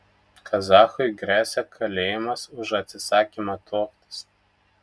kazachui gresia kalėjimas už atsisakymą tuoktis